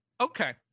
Okay